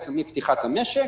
בעצם מפתיחת המשק,